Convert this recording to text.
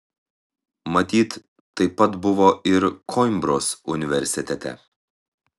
matyt taip pat buvo ir koimbros universitete